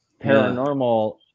paranormal